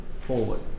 forward